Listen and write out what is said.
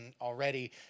already